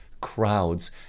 crowds